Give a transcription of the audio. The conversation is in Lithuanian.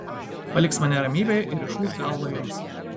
paliks mane ramybėje ir išūš galvą jums